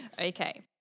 Okay